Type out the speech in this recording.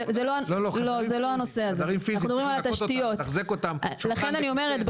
אנחנו מדברים על התשתיות ולכן אני אומרת,